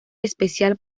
especial